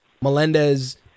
Melendez